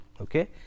Okay